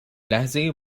لحظه